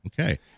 Okay